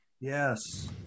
yes